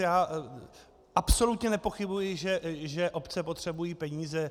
Já absolutně nepochybuji, že obce potřebují peníze.